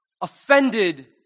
offended